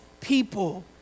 people